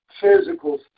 physical